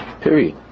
period